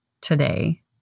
today